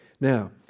Now